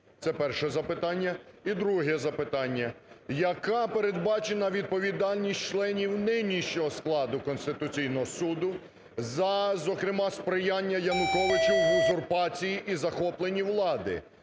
Це перше запитання. І друге запитання. Яка передбачена відповідальність членів нинішнього складу Конституційного Суду за, зокрема, у сприяння Януковичу в узурпації і захопленні влади,